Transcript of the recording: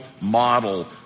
model